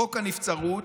חוק הנבצרות,